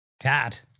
Cat